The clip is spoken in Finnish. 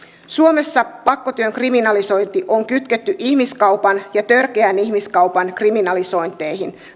suomessa pakkotyön kriminalisointi on kytketty ihmiskaupan ja törkeän ihmiskaupan kriminalisointeihin